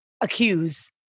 accuse